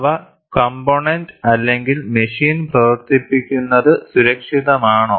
അവ കംപോണൻറ് അല്ലെങ്കിൽ മെഷീൻ പ്രവർത്തിപ്പിക്കുന്നത് സുരക്ഷിതമാണോ